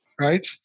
right